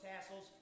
tassels